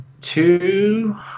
Two